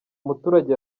muturage